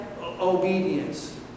obedience